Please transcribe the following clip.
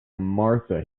martha